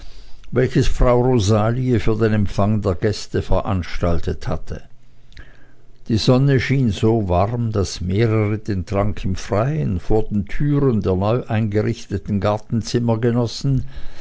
welches frau rosalie für den empfang der gäste veranstaltet hatte die sonne schien so warm daß mehrere den trank im freien vor den türen der neueingerichteten gartenzimmer genossen